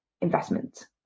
investment